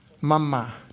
Mama